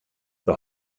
the